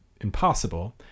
impossible